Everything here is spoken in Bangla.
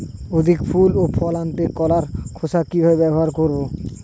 অধিক ফুল ও ফল আনতে কলার খোসা কিভাবে ব্যবহার করব?